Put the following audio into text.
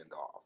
off